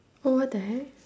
what what the heck